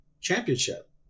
Championship